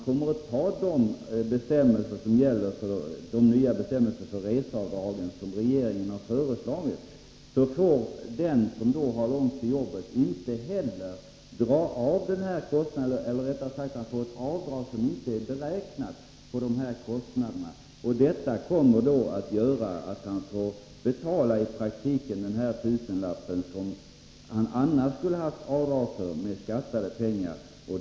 Kommer dessutom de nya bestämmelser för reseavdrag som regeringen har föreslagit att antas, får den som har långt till arbetet göra ett avdrag som inte är beräknat på dessa kostnader. Det innebär att han i praktiken kommer att få betala denna tusenlapp med skattade pengar.